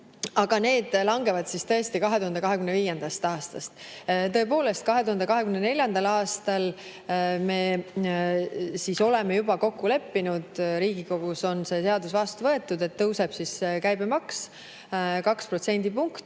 Aga need langevad tõesti 2025. aastast. Tõepoolest, 2024. aastal – me oleme juba kokku leppinud, Riigikogus on see seadus vastu võetud – tõuseb käibemaks kaks